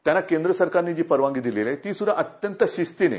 त्यांना केंद्र सरकारनं जी परवानगी दिलेली आहे ती सुध्दा अत्यंत शिस्तीनं